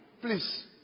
Please